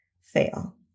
fail